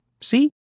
See